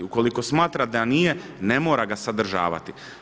Ukoliko smatra da nije ne mora ga sadržavati.